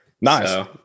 Nice